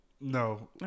No